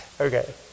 Okay